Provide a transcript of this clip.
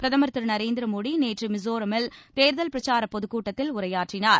பிரதம் திரு நரேந்திர மோடி நேற்று மிசோராமில் தேர்தல் பிரச்சார பொதுக்கூட்டத்தில் உரையாற்றினார்